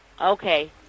Okay